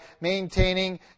maintaining